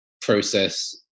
process